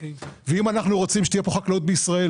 אם אנחנו רוצים שתהיה חקלאות בישראל